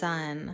Sun